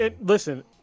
listen